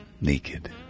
naked